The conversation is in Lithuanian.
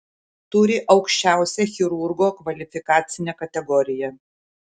turi aukščiausią chirurgo kvalifikacinę kategoriją